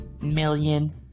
million